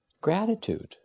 Gratitude